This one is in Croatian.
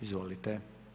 Izvolite.